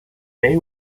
bey